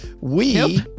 we-